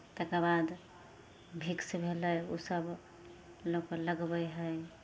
तकर बाद भिक्स भेलै ओसभ लोक लगबै हइ